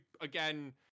again